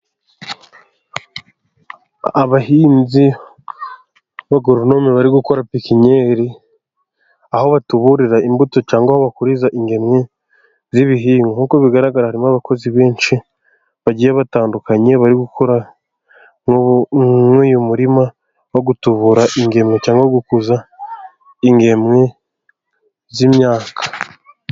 Abahinzi b'abagoronome bari gukora bikiniyeri, aho batuburira imbuto cyangwa aho bakuriza ingemwe z'ibihingwa. Nk'uko bigaragara harimo abakozi benshi, bagiye batandukanye bari gukora muri uyu murima wo gutubura ingemwe cyangwa gukuza ingemwe z'imyaka.